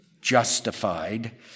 justified